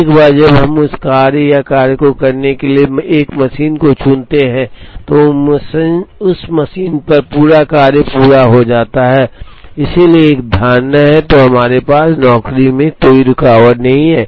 एक बार जब हम उस कार्य या कार्य को करने के लिए एक मशीन चुनते हैं तो उस मशीन पर पूरा कार्य पूरा हो जाता है इसलिए यह एक धारणा है तो हमारे पास नौकरी में कोई रुकावट नहीं है